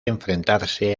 enfrentarse